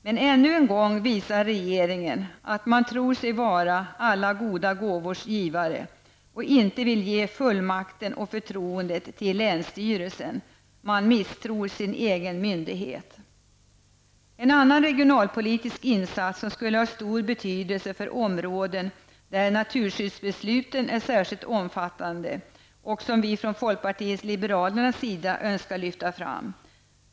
Men ännu en gång visar regeringen att man tror sig vara alla goda gåvors givare och inte vill ge fullmakten och förtroendet till länsstyrelsen. Man misstror sin egen myndighet. Det finns också en annan regionalpolitisk insats som skulle ha stor betydelse för områden där naturskyddsbesluten är särskilt omfattande och som vi från folkpartiet liberalernas sida önskar lyfta fram.